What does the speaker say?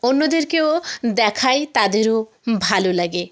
অন্যদেরকেও দেখাই তাদেরও ভালো লাগে